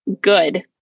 good